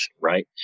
right